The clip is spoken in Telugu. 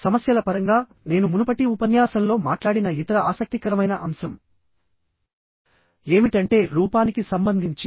సమస్యల పరంగా నేను మునుపటి ఉపన్యాసంలో మాట్లాడిన ఇతర ఆసక్తికరమైన అంశం ఏమిటంటే రూపానికి సంబంధించి